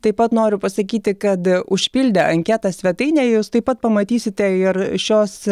taip pat noriu pasakyti kad užpildę anketą svetainėje jūs taip pat pamatysite ir šios